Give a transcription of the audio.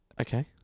Okay